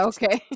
Okay